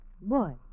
Boy